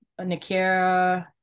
Nakira